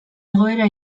egoera